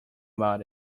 about